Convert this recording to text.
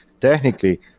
Technically